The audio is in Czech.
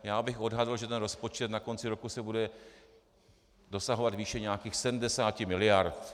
Já bych odhadl, že rozpočet na konci roku bude dosahovat výše nějakých 70 miliard.